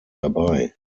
dabei